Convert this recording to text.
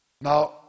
Now